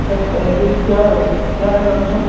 sir इसका average क्या हो क्या है लमसम